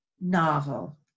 novel